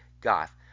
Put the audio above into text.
Goth